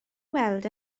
weld